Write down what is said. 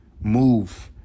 move